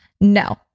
No